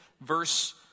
verse